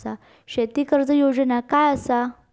शेती कर्ज योजना काय असा?